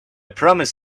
promised